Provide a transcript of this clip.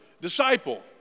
Disciple